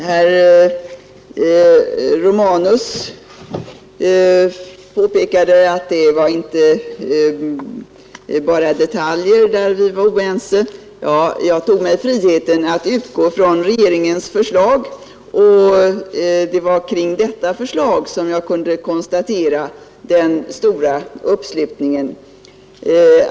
Herr talman! Herr Romanus påpekade att det inte bara var detaljer som vi var oense om. Jag tog mig friheten att utgå från regeringens förslag, och det var kring detta som jag kunde konstatera den stora uppslutningen.